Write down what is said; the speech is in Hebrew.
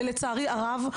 לצערי הרב,